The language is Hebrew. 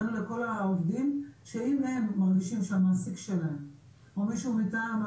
הראנו לכל העובדים שאם הם מרגישים שהמעסיק שלהם או מישהו מאיתנו,